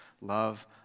love